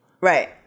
Right